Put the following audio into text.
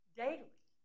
daily